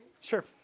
Sure